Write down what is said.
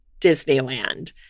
Disneyland